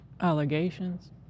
Allegations